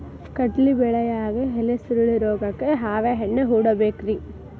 ಕಡ್ಲಿ ಬೆಳಿಯಾಗ ಎಲಿ ಸುರುಳಿ ರೋಗಕ್ಕ ಯಾವ ಎಣ್ಣಿ ಹೊಡಿಬೇಕ್ರೇ?